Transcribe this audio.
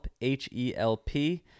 H-E-L-P